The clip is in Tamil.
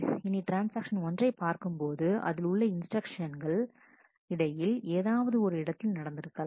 இனி ட்ரான்ஸ்ஆக்ஷன் ஒன்றைப் பார்க்கும்போது அதில் உள்ள இன்ஸ்டிரக்ஷன்ஸ் இந்த ட்ரான்ஸ்ஆக்ஷனின் இடையில் ஏதாவது ஒரு இடத்தில் நடந்திருக்கலாம்